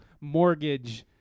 mortgage